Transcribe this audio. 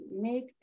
make